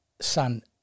son